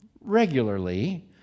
regularly